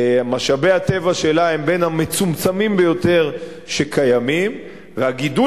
שמשאבי הטבע שלה הם בין המצומצמים ביותר שקיימים והגידול